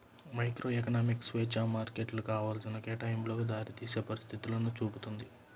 microeconomics స్వేచ్ఛా మార్కెట్లు కావాల్సిన కేటాయింపులకు దారితీసే పరిస్థితులను చూపుతుంది